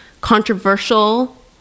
controversial